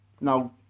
now